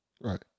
Right